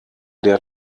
der